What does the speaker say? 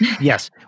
Yes